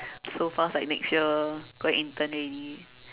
so fast like next year going intern already